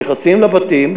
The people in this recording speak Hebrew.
נכנסים לבתים,